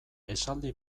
esaldi